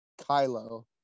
Kylo